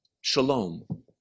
Shalom